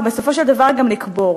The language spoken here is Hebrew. ובסופו של דבר גם לקבור.